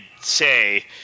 say